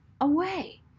away